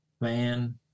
man